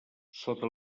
sota